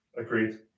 Agreed